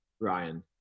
Ryan